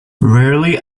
rarely